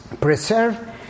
preserve